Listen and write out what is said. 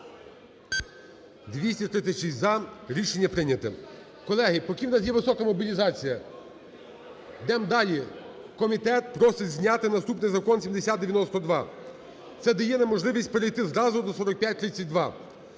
За-236 Рішення прийняте. Колеги, поки в нас є висока мобілізація, ідемо далі. Комітет просить зняти наступний Закон 7092. Це дає нам можливість перейти зразу до 4532: